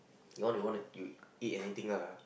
you want to you want to you eat anything lah